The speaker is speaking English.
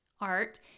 art